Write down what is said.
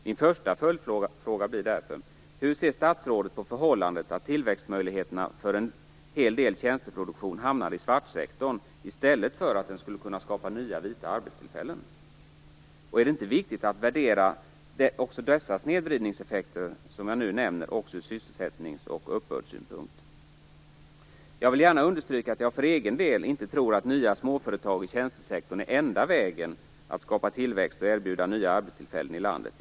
Min första följdfråga blir därför: Hur ser statsrådet på förhållandet att tillväxtmöjligheterna för en hel del tjänsteproduktion hamnar i svartsektorn i stället för att den skulle kunna skapa nya vita arbetstillfällen? Vidare undrar jag om det inte är viktigt att också från sysselsättnings och uppbördssynpunkt värdera de snedvridningseffekter som jag nämnt. Jag vill gärna understryka att jag för egen del inte tror att nya småföretag inom tjänstesektorn är den enda vägen när det gäller att skapa tillväxt och att erbjuda nya arbetstillfällen i landet.